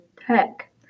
tech